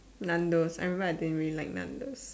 Nando's I remember I didn't really like Nando's